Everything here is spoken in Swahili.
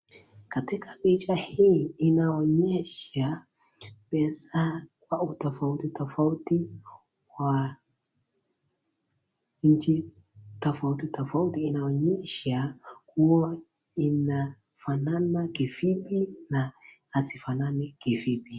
Katika picha hii, inaonyesha pesa kwa utofauti tofauti kwa nchi tofauti tofauti. Inaonyesha kuwa inafanana kivipi na hazifanani kivipi.